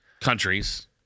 countries